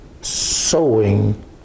sowing